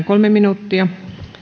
kolme minuuttia